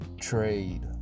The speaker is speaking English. trade